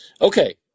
Okay